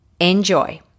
Enjoy